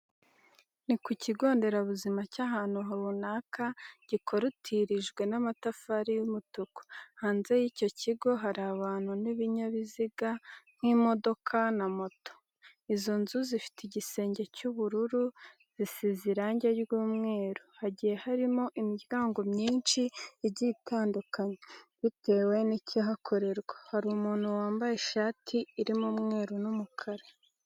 Ni ku kigo nderabuzima cy'ahantu runaka, gikorotirijwe n'amatafari y'umutuku, hanze y'icyo kigo hari abantu n'ibinyabiziga nk'imodoka na moto, izo nzu zifite igisenge cy'ubururu, zisize irange ry'umweru, hagiye harimo imiryango myinshi igiye itandukanye bitewe n'ikihakorerwa, hari umuntu wambaye ishati irimo umweru n'umukara.